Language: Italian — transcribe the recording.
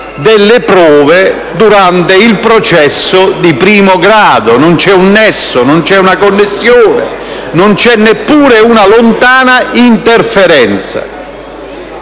delle prove durante il processo di primo grado. Non vi è alcun nesso, nessuna connessione, neppure una lontana interferenza.